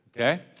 Okay